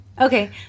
Okay